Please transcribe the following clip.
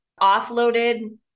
offloaded